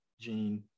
gene